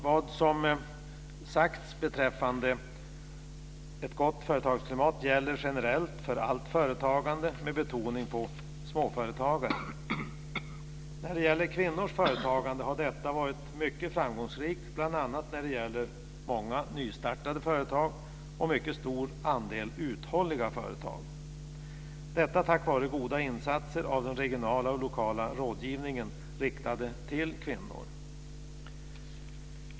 Vad som sagts beträffande ett gott företagsklimat gäller generellt för allt företagande, med betoning på småföretagande. Kvinnors företagande har varit mycket framgångsrikt bl.a. när det gäller många nystartade företag, och det har en mycket stor andel uthålliga företag. Detta har skett tack vare goda insatser från den regionala och lokala rådgivning som är riktad till kvinnor.